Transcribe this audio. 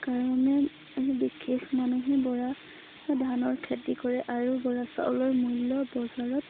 কাৰণে বিশেষ মানুহে বৰা ধানৰ খেতি কৰে আৰু বৰা চাউলৰ মূল্য বজাৰত